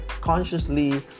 consciously